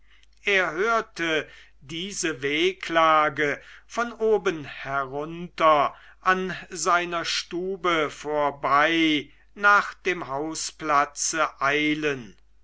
er hörte diese wehklage von oben herunter an seiner stube vorbei nach dem hausplatze eilen